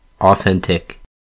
authentic